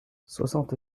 soixante